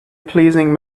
pleasing